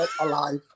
alive